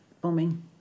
bombing